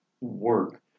work